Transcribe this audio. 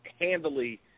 handily